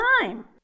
time